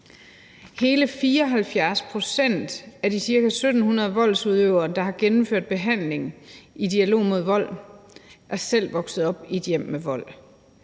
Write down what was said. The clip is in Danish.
Hele 74 pct. af de ca. 1.700 voldsudøvere, der har gennemført behandling i Dialog mod Vold, er selv vokset op i et hjem med vold.